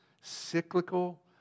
cyclical